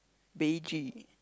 beige